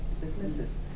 businesses